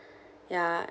ya